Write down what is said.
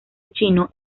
chino